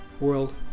World